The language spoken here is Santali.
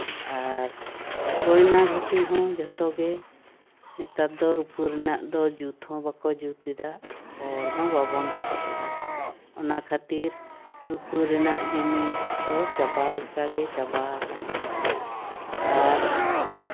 ᱟᱨ ᱜᱚᱭᱱᱟ ᱜᱟᱹᱴᱤ ᱦᱚᱸ ᱡᱚᱛᱚᱜᱮ ᱱᱮᱛᱟᱨ ᱫᱚ ᱨᱩᱯᱟᱹ ᱨᱮᱱᱟᱜ ᱫᱚ ᱡᱩᱛ ᱦᱚᱸ ᱵᱟᱠᱚ ᱡᱩᱛ ᱮᱫᱟ ᱦᱚᱲᱦᱚᱸ ᱵᱟᱵᱚᱱ ᱦᱚᱨᱚᱜ ᱮᱫᱟ ᱚᱱᱟ ᱠᱷᱟᱹᱛᱤᱨ ᱨᱩᱯᱟᱹ ᱨᱮᱱᱟᱜ ᱡᱤᱱᱤᱥ ᱫᱚ ᱪᱟᱵᱟ ᱞᱮᱠᱟᱜᱮ ᱪᱟᱵᱟ ᱟᱠᱟᱱᱟ ᱟᱨ